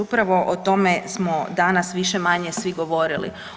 Uupravo o tome smo danas više-manje svi govorili.